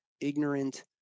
ignorant